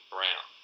Brown